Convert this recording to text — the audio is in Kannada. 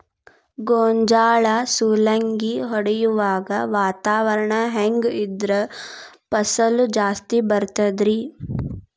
ಗೋಂಜಾಳ ಸುಲಂಗಿ ಹೊಡೆಯುವಾಗ ವಾತಾವರಣ ಹೆಂಗ್ ಇದ್ದರ ಫಸಲು ಜಾಸ್ತಿ ಬರತದ ರಿ?